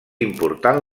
important